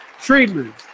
treatment